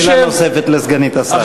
טוב, שאלה נוספת לסגנית השר.